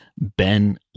Ben